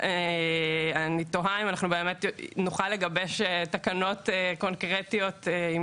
אני תוהה אם אנחנו באמת נוכל לגבש תקנות קונקרטיות ואם